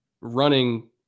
running